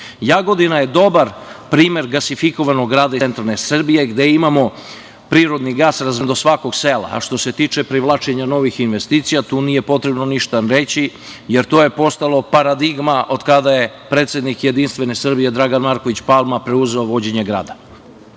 Jagodina je dobar primer gasifikovanog rada iz centralne Srbije gde imamo prirodni gas razveden do svakog sela, a što se tiče privlačenja novih investicija tu nije potrebno ništa reći, jer to je postalo paradigma od kada je predsednik JS Dragan Marković Palma preuzeo vođenje grada. Treći